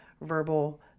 verbal